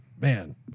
man